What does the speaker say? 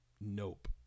Nope